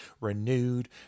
renewed